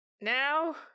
Now